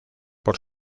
por